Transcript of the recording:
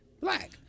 black